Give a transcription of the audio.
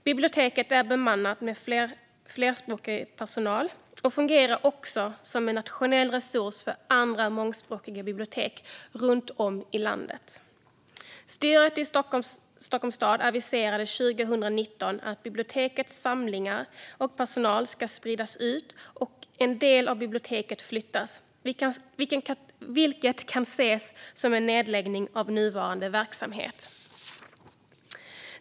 Biblioteket är bemannat med flerspråkig personal och fungerar också som en nationell resurs för andra mångspråkiga bibliotek runt om i landet. Styret i Stockholms stad aviserade 2019 att bibliotekets samlingar och personal ska spridas ut och en del av biblioteket flyttas, vilket kan ses som en nedläggning av nuvarande verksamhet.